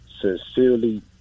sincerely